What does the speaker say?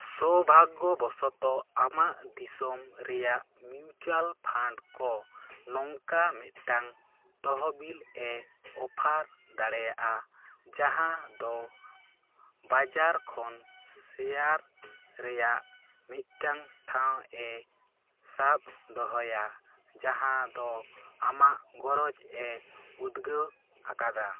ᱥᱳᱣᱵᱷᱟᱜᱽᱜᱚ ᱵᱚᱥᱚᱛᱚ ᱟᱢᱟᱜ ᱫᱤᱥᱚᱢ ᱨᱮᱱᱟᱜ ᱢᱤᱪᱩᱭᱮᱞ ᱯᱷᱟᱱᱰ ᱠᱚ ᱱᱚᱝᱠᱟ ᱢᱤᱫᱴᱟᱝ ᱛᱚᱦᱚᱵᱤᱞ ᱮ ᱚᱯᱷᱟᱨ ᱫᱟᱲᱮᱭᱟᱜᱼᱟ ᱡᱟᱦᱟᱸ ᱫᱚ ᱵᱟᱡᱟᱨ ᱠᱷᱚᱱ ᱥᱤᱭᱟᱨ ᱨᱮᱱᱟᱜ ᱢᱤᱫᱴᱟᱝ ᱴᱷᱟᱶ ᱮ ᱥᱟᱵ ᱫᱚᱦᱚᱭᱟ ᱡᱟᱦᱟᱸ ᱫᱚ ᱟᱢᱟᱜ ᱜᱚᱨᱚᱡᱽ ᱮ ᱩᱫᱽᱜᱟᱹᱣ ᱟᱠᱟᱫᱟ